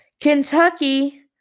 Kentucky